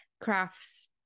crafts